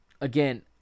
Again